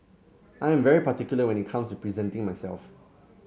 I am very particular when it comes to presenting myself